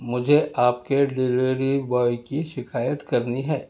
مجھے آپ کے ڈلیوری بوائے کی شکایت کرنی ہے